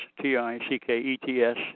T-I-C-K-E-T-S